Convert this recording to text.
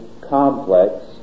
complex